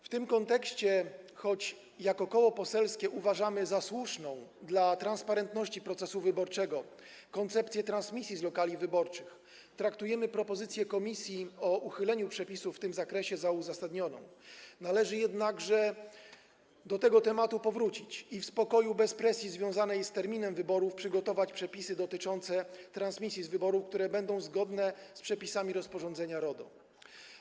W tym kontekście, choć jako koło poselskie uważamy za słuszną dla transparentności procesu wyborczego koncepcję transmisji z lokali wyborczych, traktujemy propozycję komisji o uchyleniu przepisów w tym zakresie jako uzasadnioną, jednakże należy do tego tematu powrócić i w spokoju, bez presji związanej z terminem wyborów przygotować przepisy dotyczące transmisji wyborów, które będą zgodne z przepisami rozporządzenia RODO.